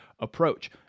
approach